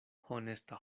honesta